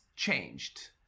changed